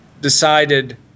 decided